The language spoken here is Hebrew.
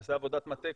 תעשה עבודת מטה,